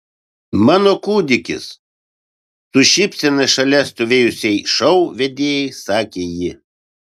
mano kūdikis su šypsena šalia stovėjusiai šou vedėjai sakė ji